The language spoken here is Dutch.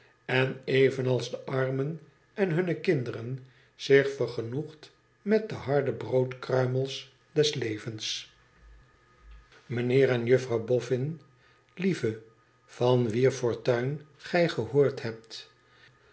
en evenals de armen en hunne kinderen zich vergenoegd met de harde broodkruimels des levens mijnheer en juffrouw boffin lieve van wier fortuin gij gehoord hebt